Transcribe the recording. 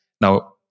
Now